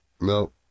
No